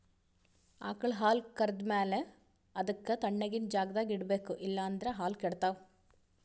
ಆಕಳ್ ಹಾಲ್ ಕರ್ದ್ ಮ್ಯಾಲ ಅದಕ್ಕ್ ತಣ್ಣಗಿನ್ ಜಾಗ್ದಾಗ್ ಇಡ್ಬೇಕ್ ಇಲ್ಲಂದ್ರ ಹಾಲ್ ಕೆಡ್ತಾವ್